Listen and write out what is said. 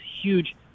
huge